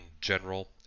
general